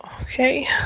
Okay